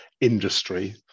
industry